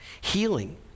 healing